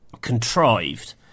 contrived